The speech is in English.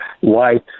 white